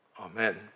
Amen